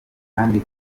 kandi